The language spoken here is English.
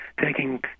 taking